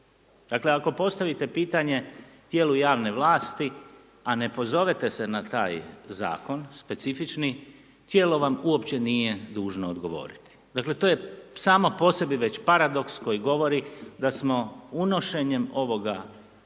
Dakle, ako postavite pitanje tijelu javne vlasti, a ne pozovete se na taj Zakon, specifični, Tijelo vam uopće nije dužno odgovoriti. Dakle, to je samo po sebi već paradoks koji govori da smo unošenjem ovoga instituta